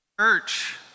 Church